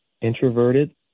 introverted